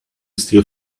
steal